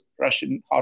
Russian